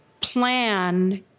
plan